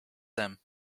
them